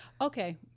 okay